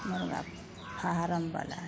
हमर आओर फारमवला